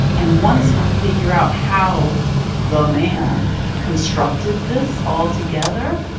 and once i figure out how the man constructed this all together,